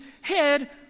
head